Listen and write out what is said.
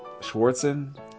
Schwartzen